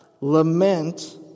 lament